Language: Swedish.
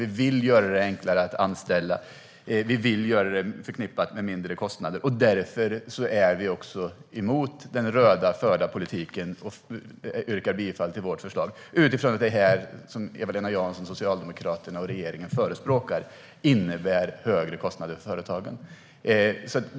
Vi vill även göra det enklare att anställa och se till att det kan göras till lägre kostnader. Därför är vi emot den förda röda politiken och yrkar bifall till vårt förslag. Det som Eva-Lena Jansson, Socialdemokraterna och regeringen förespråkar innebär högre kostnader för företagen.